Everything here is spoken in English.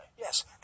Yes